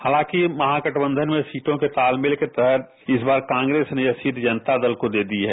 हालांकि महागठबंधन में सीटों के तालमेल के तहत इस बार कांग्रेस ने यह सीट राष्ट्रीय जनता दल को दे दी है